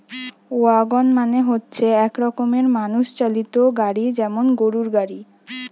wagon মানে হচ্ছে এক রকমের মানুষ চালিত গাড়ি যেমন গরুর গাড়ি